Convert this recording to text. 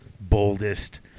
boldest